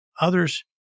others